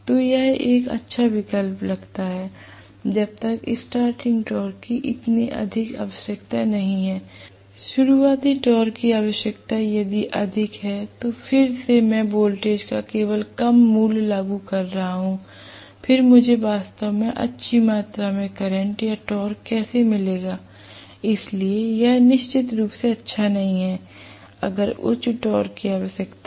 तो यह एक अच्छा विकल्प लगता है जब तक स्टार्टिंग टॉर्क की इतनी अधिक आवश्यकता नहीं है शुरुआती टॉर्क की आवश्यकता यदि अधिक है तो फिर से मैं वोल्टेज का केवल कम मूल्य लागू कर रहा हूं फिर मुझे वास्तव में अच्छी मात्रा में करंट या टॉर्क कैसे मिलेगा इसलिए यह निश्चित रूप से अच्छा नहीं है अगर उच्च टॉर्क की आवश्यकता है